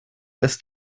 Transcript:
ist